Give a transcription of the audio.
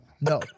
No